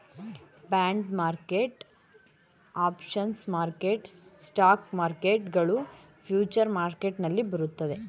bond market, options market, stock market ಗಳು future market ನಲ್ಲಿ ಬರುತ್ತದೆ